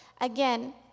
again